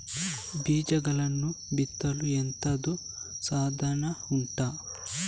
ಬೀಜಗಳನ್ನು ಬಿತ್ತಲು ಎಂತದು ಸಾಧನ ಉಂಟು?